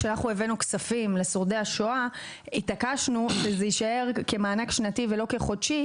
כשהבאנו כספים לשורדי השואה התעקשנו שזה יישאר כמענק שנתי ולא חודשי,